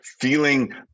feeling